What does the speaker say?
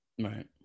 Right